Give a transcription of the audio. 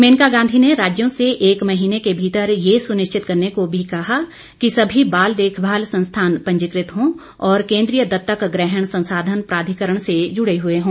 मेनका गांधी ने राज्यों से एक महीने के भीतर यह सुनिश्चित करने को भी कहा कि सभी बाल देखभाल संस्थान पंजीकृत हैं और केंद्रीय दत्तक ग्रहण संसाधन प्राधिकरण से जुड़े हुए हों